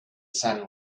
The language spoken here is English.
sun